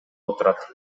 отурат